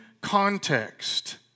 context